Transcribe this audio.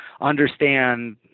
understand